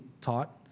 taught